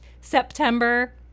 September